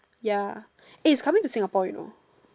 ya eh it's coming to Singapore you know